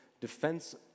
defense